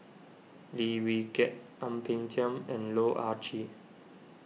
Lim Wee Kiak Ang Peng Tiam and Loh Ah Chee